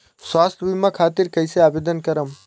स्वास्थ्य बीमा खातिर कईसे आवेदन करम?